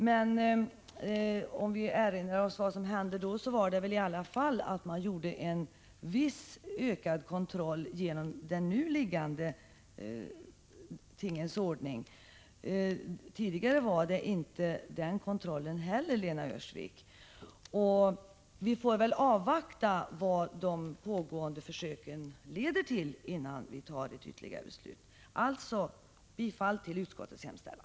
Men vi kan erinra oss vad som hände då. Man genomförde en viss ökning av kontrollen. Tidigare hade man inte ens den kontroll som man nu har, Lena Öhrsvik. Vi får avvakta vad de pågående försöken leder till innan vi fattar ett ytterligare beslut. Jag yrkar bifall till utskottets hemställan.